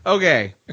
Okay